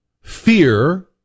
fear